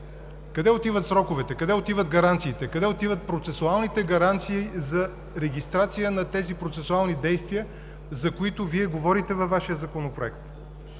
Къде отиват сроковете? Къде отиват гаранциите? Къде отиват процесуалните гаранции за регистрация на тези процесуални действия, за които Вие говорите във Вашия Законопроект?